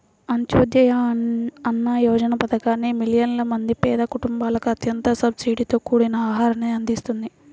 అంత్యోదయ అన్న యోజన పథకాన్ని మిలియన్ల మంది పేద కుటుంబాలకు అత్యంత సబ్సిడీతో కూడిన ఆహారాన్ని అందిస్తుంది